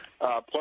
plus